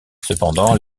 cependant